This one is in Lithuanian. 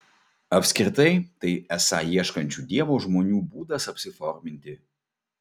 apskritai tai esą ieškančių dievo žmonių būdas apsiforminti